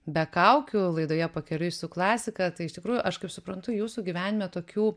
be kaukių laidoje pakeliui su klasika tai iš tikrųjų aš kaip suprantu jūsų gyvenime tokių